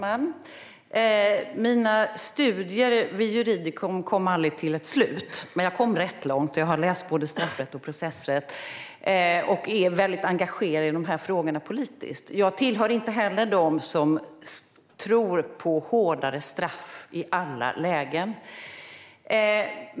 Herr talman! Mina studier vid Juridicum kom aldrig till ett slut men jag kom rätt långt, och jag har läst både straffrätt och processrätt och är väldigt engagerad i dessa frågor politiskt. Jag tillhör inte heller dem som tror på hårdare straff i alla lägen.